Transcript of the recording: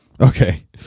Okay